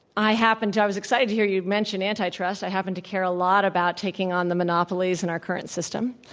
i happen to i was excited to hear you mention antitrust. i happen to care a lot about taking on the monopolies in our current system.